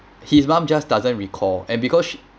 his mum just doesn't recall and because